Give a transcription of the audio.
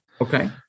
Okay